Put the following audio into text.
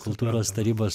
kultūros tarybos